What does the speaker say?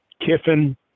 Kiffin